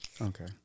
Okay